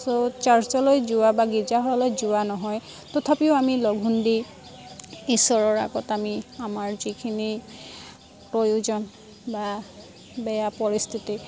ছ' চাৰ্চলৈ যোৱা বা গীৰ্জাহললৈ যোৱা নহয় তথাপিও আমি লঘোণ দি ঈশ্বৰৰ আগত আমি আমাৰ যিখিনি প্ৰয়োজন বা বেয়া পৰিস্থিতি